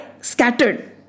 Scattered